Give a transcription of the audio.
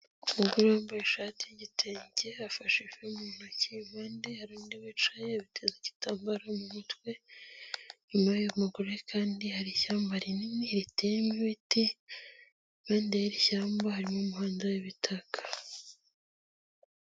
Umugore wambaye ishati y'igitenge afashe ifi mu ntoki abandi hari undi wicaye yeteza igitambaro mu mutwe inyuma yuyu mugore kandi hari ishyamba rinini riteyemo ibiti bande ishyamba harimo umuhandando w'ibitaka.